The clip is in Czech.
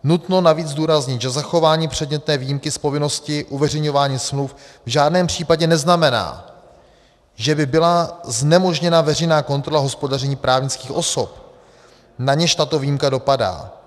Nutno navíc zdůraznit, že zachování předmětné výjimky z povinnosti uveřejňování smluv v žádném případě neznamená, že by byla znemožněna veřejná kontrola hospodaření právnických osob, na něž tato výjimka dopadá.